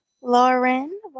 Lauren